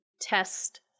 test